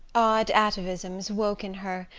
odd atavisms woke in her,